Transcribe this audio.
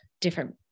different